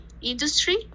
industry